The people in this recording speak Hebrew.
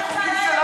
אפס מתנגדים.